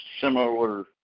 similar